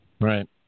Right